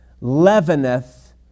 leaveneth